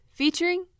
featuring